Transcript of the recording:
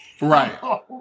Right